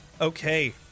Okay